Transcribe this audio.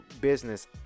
business